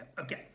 Okay